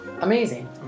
Amazing